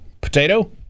Potato